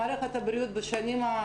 שמערכת הבריאות בשנים,